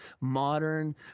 modern